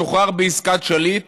שוחרר בעסקת שליט